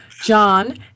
John